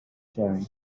sharing